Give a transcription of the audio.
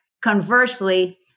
conversely